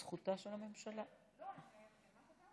התשפ"א 2021, לוועדת החוקה,